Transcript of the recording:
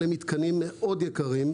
אלה מתקנים מאוד יקרים,